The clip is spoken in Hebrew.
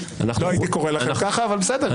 לא הייתי קורא לה ככה, אבל בסדר.